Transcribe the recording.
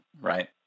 right